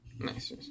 Nice